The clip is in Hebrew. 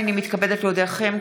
הינני מתכבדת להודיעכם,